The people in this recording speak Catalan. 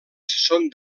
són